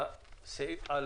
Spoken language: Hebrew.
הצבעה בעד, פה אחד הסעיף אושר.